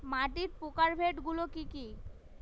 মাটির প্রকারভেদ গুলো কি কী?